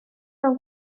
mewn